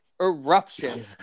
eruption